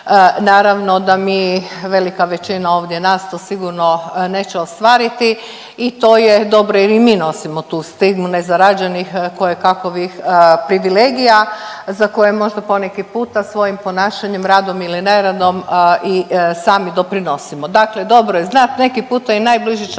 Naravno da mi velika većina ovdje nas to sigurno neće ostvariti i to je dobro, jer i mi nosimo tu stigmu nezarađenih, kojekakovih privilegija za koje možda poneki puta svojim ponašanjem, radom ili neradom i sami doprinosimo. Dakle, dobro je znati. Neki puta i najbliži članovi